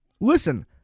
listen